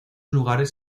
lugares